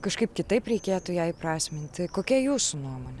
kažkaip kitaip reikėtų ją įprasminti kokia jūsų nuomonė